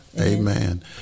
Amen